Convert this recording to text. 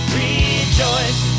rejoice